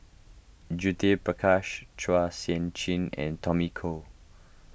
Judith Prakash Chua Sian Chin and Tommy Koh